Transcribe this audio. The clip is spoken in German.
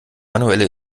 manuelle